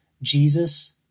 Jesus